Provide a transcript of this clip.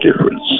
difference